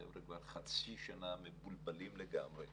החבר'ה כבר חצי שנה מבולבלים לגמרי,